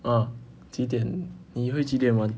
啊几点你会几点完